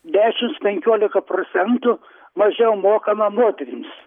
dešims penkiolika procentų mažiau mokama moterims